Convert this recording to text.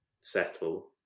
settle